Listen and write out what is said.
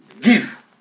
Give